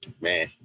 Man